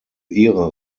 ihre